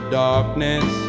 darkness